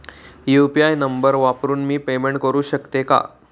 UPI number वापरून मी payment करू शकते का?